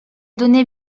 données